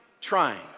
trying